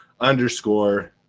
underscore